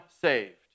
saved